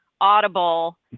Audible